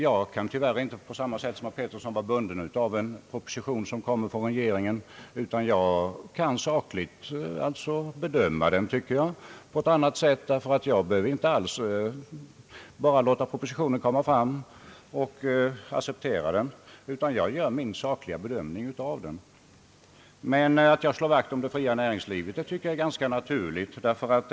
Jag kan inte på samma sätt som herr Petersson vara bunden av en proposition, som kommer från regeringen, utan jag kan sakligt bedöma den på ett annat sätt därför att jag inte alls behöver bara låta propositionen gå igenom och accetpera den, utan jag gör som sagt min sakliga bedömning av den. Att jag slår vakt om det fria näringslivet tycker jag är ganska naturligt.